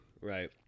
Right